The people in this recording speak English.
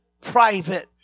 private